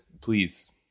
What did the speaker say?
please